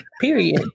Period